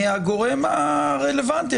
מהגורם הרלוונטי.